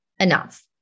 enough